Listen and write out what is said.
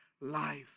life